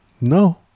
No